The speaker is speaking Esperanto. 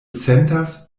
sentas